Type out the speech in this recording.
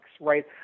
right